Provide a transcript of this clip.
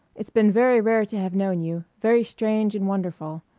it's been very rare to have known you, very strange and wonderful.